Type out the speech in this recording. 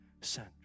sent